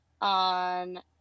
on